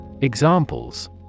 Examples